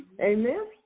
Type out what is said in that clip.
Amen